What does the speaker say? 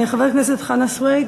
חבר הכנסת חנא סוייד,